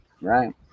right